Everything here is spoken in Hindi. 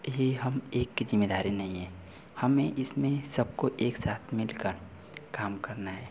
यही हम एक की ज़िम्मेदारी नहीं है हमें इसमें सबको एक साथ मिलकर काम करना है